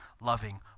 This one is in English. loving